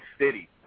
city